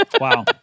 Wow